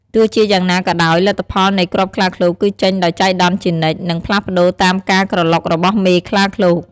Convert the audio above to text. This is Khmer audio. ទោះជាយ៉ាងណាក៏ដោយ លទ្ធផលនៃគ្រាប់ខ្លាឃ្លោកគឺចេញដោយចៃដន្យជានិច្ច និងផ្លាស់ប្តូរតាមការក្រឡុករបស់មេខ្លាឃ្លោក។